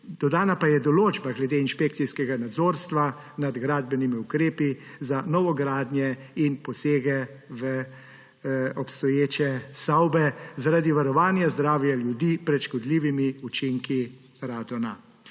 Dodana pa je določba glede inšpekcijskega nadzorstva nad gradbenimi ukrepi za novogradnje in posege v obstoječe stavbe zaradi varovanja zdravja ljudi pred škodljivimi učinki radona.